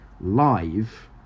Live